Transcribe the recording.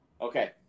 Okay